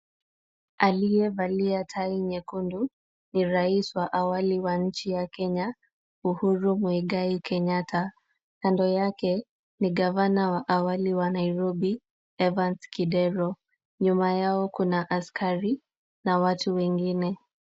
Aliyevalia tai nyekundu ni rais wa awali wa nchi ya Kenya, Uhuru Muigai Kenyatta. Kando yake ni gavana wa awali wa Nairobi Evans Kidero. Nyuma yao kuna askari na watu wengine.